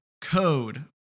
code